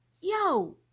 yo